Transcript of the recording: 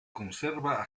conserva